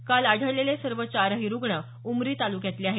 काल आढळलेले सर्व चारही रूग्ण उमरी तालुक्यातले आहेत